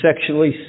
sexually